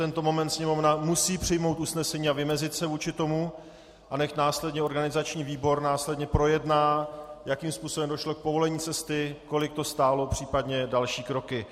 V tento moment Sněmovna musí přijmout usnesení a vymezit se vůči tomu, a nechť následně organizační výbor projedná, jakým způsobem došlo k povolení cesty, kolik to stálo, případně další kroky.